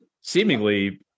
seemingly